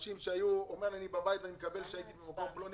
אדם אומר: הייתי בבית וקיבלתי הודעה שהייתי במקום פלוני.